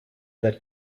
that